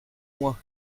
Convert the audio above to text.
moi